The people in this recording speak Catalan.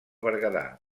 berguedà